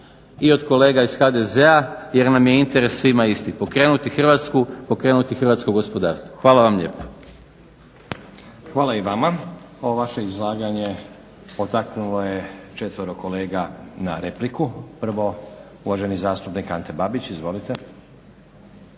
i od kolega iz HDZ-a jer nam je interes svima isti, pokrenuti Hrvatsku, pokrenuti hrvatsko gospodarstvo. Hvala vam lijepa. **Stazić, Nenad (SDP)** Hvala i vama. Ovo vaše izlaganje potaknulo je 4 kolega na repliku. Prvo uvaženi zastupnik Ante Babić, izvolite.